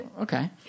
okay